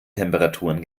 temperaturen